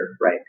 right